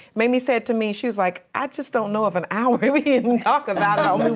mamie said to me, she was like, i just don't know if an hour, we we didn't talk about um it.